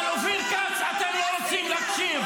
אבל אופיר כץ, אתם לא רוצים להקשיב.